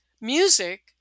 music